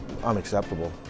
unacceptable